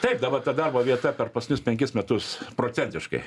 taip dabar ta darbo vieta per pasnius penkis metus procentiškai